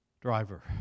Driver